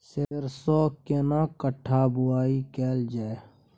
सरसो केना कट्ठा बुआई कैल जाय?